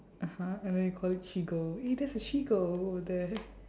(uh huh) and then you call it cheagle eh that's a cheagle over there